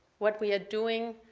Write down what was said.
what we are doing,